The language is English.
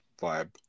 vibe